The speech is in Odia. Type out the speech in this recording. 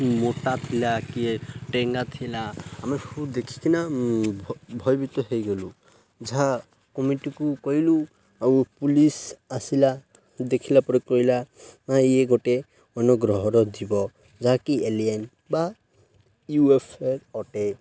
ମୋଟା ଥିଲା କିଏ ଟେଙ୍ଗା ଥିଲା ଆମେ ସବୁ ଦେଖିକିନା ଭୟବିତ ହେଇଗଲୁ ଯାହା କମିଟିକୁ କହିଲୁ ଆଉ ପୋଲିସ୍ ଆସିଲା ଦେଖିଲା ପରେ କହିଲା ନା ଇଏ ଗୋଟେ ଅନୁଗ୍ରହର ଜୀବ ଯାହାକି ଏଲିଏନ୍ ବା ୟୁ ଏଫ ଏଲ ଅଟେ